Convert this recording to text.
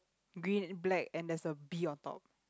green black and there's a bee on top